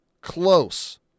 close